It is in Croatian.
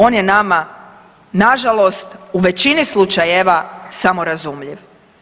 On je nama na žalost u većini slučajeva samorazumljiv.